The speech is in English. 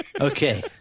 Okay